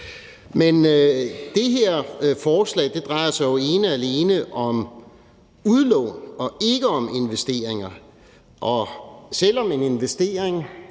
Men det her forslag drejer sig jo ene og alene om udlån og ikke om investeringer, og selv om både en investering